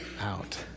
out